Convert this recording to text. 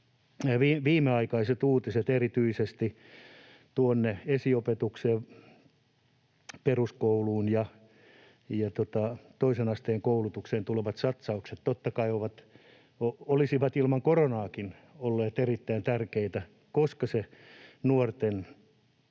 viimeaikaiset uutiset, erityisesti tuonne esiopetukseen, peruskouluun ja toisen asteen koulutukseen tulevat satsaukset, totta kai olisivat ilman koronaakin olleet erittäin tärkeitä, koska se nuorten